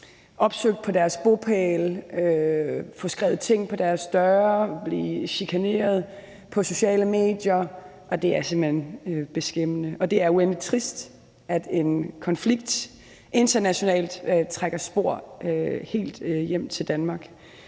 opsøgt på deres bopæl, få skrevet ting på deres døre og blive chikaneret på sociale medier. Det er simpelt hen beskæmmende, og det er uendelig trist, at en international konflikt trækker spor helt hjem til Danmark.